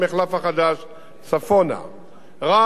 ולרהט תהיה עוד יציאה של התחברות לחוצה-ישראל.